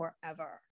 forever